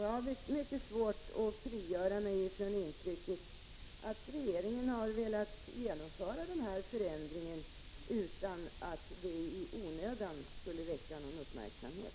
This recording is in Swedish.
Jag har mycket svårt att frigöra mig från intrycket att regeringen har velat genomföra denna förändring utan att den i onödan skulle väcka uppmärksamhet.